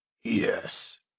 yes